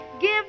Give